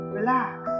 Relax